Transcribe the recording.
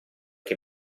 che